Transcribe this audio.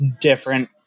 different